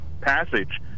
passage